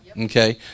okay